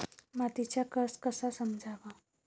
मातीचा कस कसा समजाव?